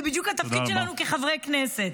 זה בדיוק התפקיד שלנו כחברי כנסת.